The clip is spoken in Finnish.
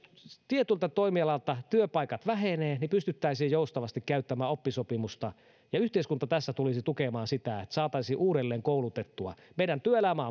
tietyltä toimialalta työpaikat vähenevät niin pystyttäisiin joustavasti käyttämään oppisopimusta ja yhteiskunta tässä tulisi tukemaan sitä että saataisiin uudelleenkoulutettua meidän työelämä